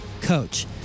coach